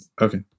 Okay